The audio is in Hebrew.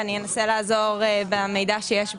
ואני אנסה לעזור במידע שיש ברשותי.